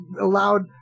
allowed